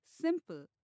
simple